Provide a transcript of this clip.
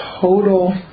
total